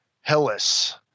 Hillis